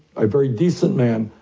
a very decent man,